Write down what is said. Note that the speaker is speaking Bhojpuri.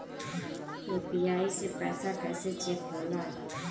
यू.पी.आई से पैसा कैसे चेक होला?